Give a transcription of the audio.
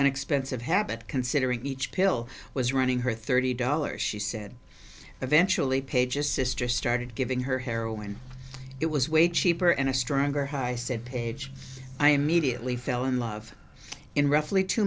an expensive habit considering each pill was running her thirty dollars she said eventually pages sister started giving her heroin it was weighed cheaper and a stronger high said page i immediately fell in love in roughly two